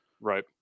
Right